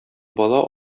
бала